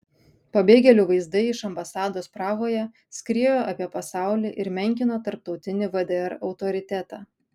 pabėgėlių vaizdai iš ambasados prahoje skriejo apie pasaulį ir menkino tarptautinį vdr autoritetą